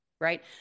right